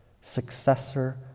successor